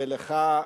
ולך,